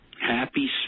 Happy